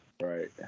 Right